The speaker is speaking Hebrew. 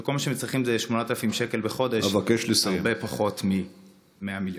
שכל מה שהם צריכים זה 8,000 שקל בחודש, הרבה פחות מ-100 מיליון.